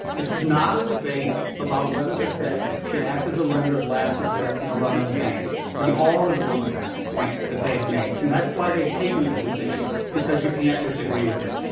this is not a debate about whether the fed should act as a lender of last resort in a run on the banks. we all agree with that point that they have made. and that's why they've taken this position, because you can't disagree with it.